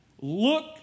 look